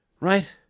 right